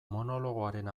monologoaren